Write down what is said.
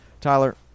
Tyler